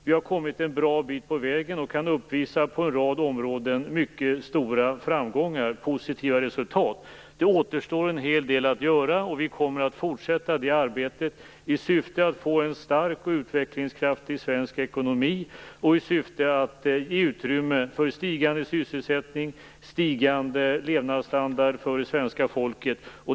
Vi har kommit en bra bit på vägen och kan på en rad områden uppvisa mycket stora framgångar och positiva resultat. Det återstår en hel del att göra. Vi kommer att fortsätta det arbetet i syfte att få en stark utvecklingskraft i svensk ekonomi och ge utrymme för stigande sysselsättning och ökad levnadsstandard för det svenska folket.